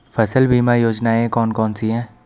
फसल बीमा योजनाएँ कौन कौनसी हैं?